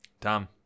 Tom